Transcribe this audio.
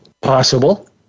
Possible